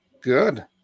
good